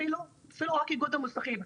אפילו רק איגוד המוסכים,